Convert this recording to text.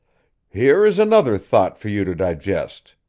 here is another thought for you to digest,